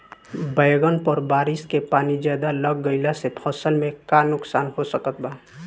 बैंगन पर बारिश के पानी ज्यादा लग गईला से फसल में का नुकसान हो सकत बा?